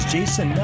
Jason